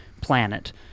planet